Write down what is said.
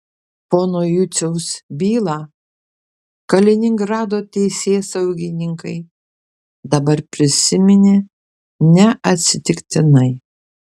pono juciaus bylą kaliningrado teisėsaugininkai dabar prisiminė neatsitiktinai